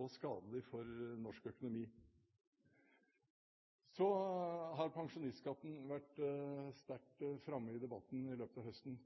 og skadelig for norsk økonomi. Pensjonistskatten har vært sterkt framme i debatten i løpet av høsten.